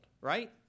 right